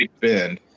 bend